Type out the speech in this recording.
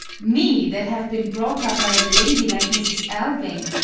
me, that have been brought up by a lady like mrs. alving!